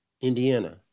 Indiana